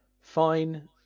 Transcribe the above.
Fine